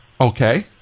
Okay